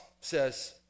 says